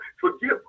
forgive